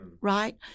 right